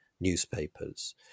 newspapers